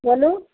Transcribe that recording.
बोलू